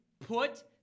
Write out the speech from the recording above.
Put